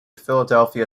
philadelphia